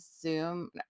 zoom